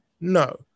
no